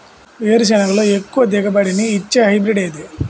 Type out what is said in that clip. వేరుసెనగ లో ఎక్కువ దిగుబడి నీ ఇచ్చే హైబ్రిడ్ ఏది?